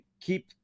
keep